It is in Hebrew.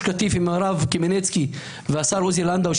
קטיף עם הרב קרמנצקי והשר עוזי לנדאו,